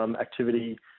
activity